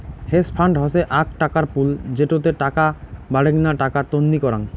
hedge fund হসে আক টাকার পুল যেটোতে টাকা বাডেনগ্না টাকা তন্নি করাং